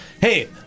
Hey